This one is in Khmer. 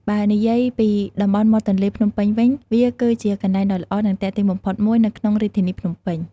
បើនិយាយពីតំបន់មាត់ទន្លេភ្នំពេញវិញ វាគឺជាកន្លែងដ៏ល្អ និងទាក់ទាញបំផុតមួយនៅក្នុងរាជធានីភ្នំពេញ។